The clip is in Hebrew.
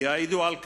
ויעידו על כך,